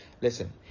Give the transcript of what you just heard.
Listen